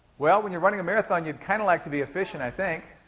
well, when you're running a marathon, you'd kind of like to be efficient, i think.